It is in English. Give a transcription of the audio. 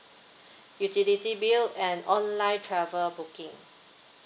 utility bill and online travel booking